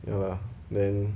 ya lah then